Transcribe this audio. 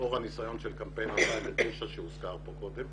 לאור הניסיון של הקמפיין ב-2009 שהוזכר כאן קודם